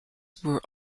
were